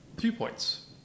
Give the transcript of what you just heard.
viewpoints